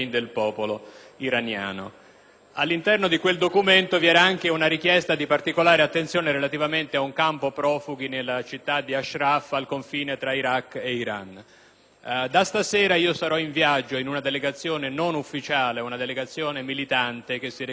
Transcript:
All'interno di quel documento vi era anche una richiesta di particolare attenzione relativamente ad un campo profughi nella città di Ashraf, al confine tra Iraq e Iran. Da stasera sarò in viaggio nell'ambito di una delegazione non ufficiale, ma militante, che si recherà a Ashraf. Tale